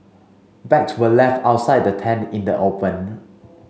bags were left outside the tent in the open